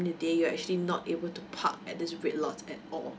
of the day you're actually not able to park at this red lots at all